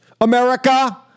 America